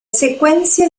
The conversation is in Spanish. secuencia